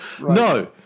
No